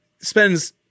spends